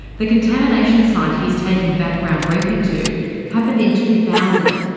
the contamination site he's taken background briefing to happened in two thousand,